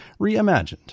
Reimagined